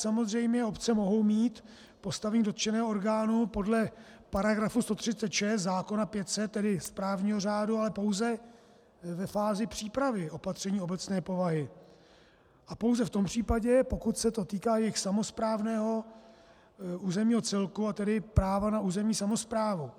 Samozřejmě obce mohou mít postavení dotčeného orgánu podle § 136 zákona 500, tedy správního řádu, ale pouze ve fázi přípravy opatření obecné povahy a pouze v tom případě, pokud se to týká jejich samosprávného územního celku, a tedy práva na území samosprávou.